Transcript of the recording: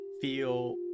feel